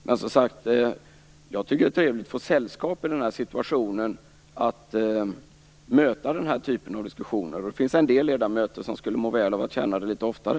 Men jag tycker som sagt att det är trevligt att få sällskap i situationen att möta den här typen av diskussioner. Det finns en del ledamöter som skulle må bra av att känna detta litet oftare.